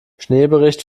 schneebericht